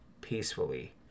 peacefully